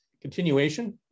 continuation